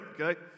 okay